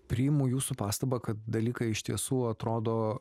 priimu jūsų pastabą kad dalykai iš tiesų atrodo